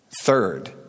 Third